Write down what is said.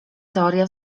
teoria